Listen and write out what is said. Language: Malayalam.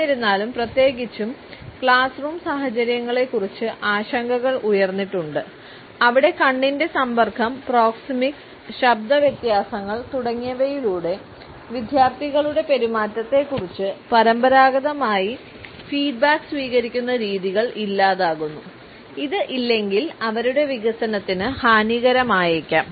എന്നിരുന്നാലും പ്രത്യേകിച്ചും ക്ലാസ് റൂം സാഹചര്യങ്ങളെക്കുറിച്ച് ആശങ്കകൾ ഉയർന്നിട്ടുണ്ട് അവിടെ കണ്ണിന്റെ സമ്പർക്കം പ്രോക്സെമിക്സ് ശബ്ദ വ്യത്യാസങ്ങൾ തുടങ്ങിയവയിലൂടെ വിദ്യാർത്ഥികളുടെ പെരുമാറ്റത്തെക്കുറിച്ച് പരമ്പരാഗതമായി ഫീഡ്ബാക്ക് സ്വീകരിക്കുന്ന രീതികൾ ഇല്ലാതാകുന്നു ഇത് ഇല്ലെങ്കിൽ അവരുടെ വികസനത്തിന് ഹാനികരമായേക്കാം